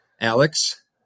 Alex